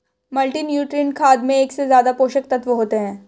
multinutrient खाद में एक से ज्यादा पोषक तत्त्व होते है